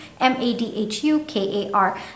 m-a-d-h-u-k-a-r